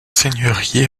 seigneurie